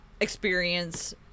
experience